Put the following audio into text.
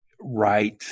Right